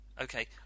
Okay